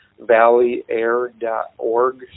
valleyair.org